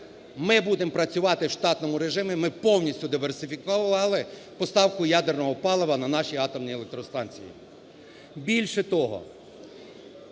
ми будемо працювати в штатному режимі, ми повністю диверсифікували поставку ядерного палива на наші атомні електростанції. Більше того,